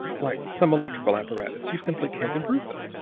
like some electrical apparatus you simply can't improve them.